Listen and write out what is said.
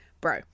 bro